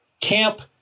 Camp